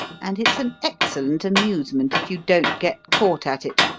and it's an excellent amusement if you don't get caught at it.